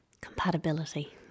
Compatibility